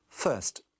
First